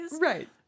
Right